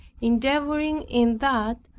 endeavoring in that,